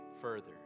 further